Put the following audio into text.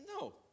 No